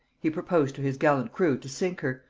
he proposed to his gallant crew to sink her,